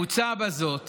מוצע בזאת